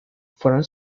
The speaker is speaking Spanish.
fueron